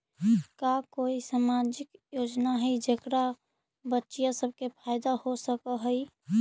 का कोई सामाजिक योजना हई जेकरा से बच्चियाँ सब के फायदा हो सक हई?